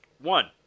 One